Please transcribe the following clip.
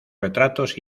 retratos